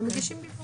והם מגישים בעברית.